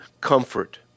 comfort